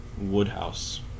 Woodhouse